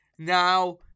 Now